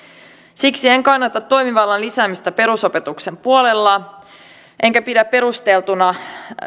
siksi en kannata toimivallan lisäämistä perusopetuksen puolella enkä pidä perusteltuna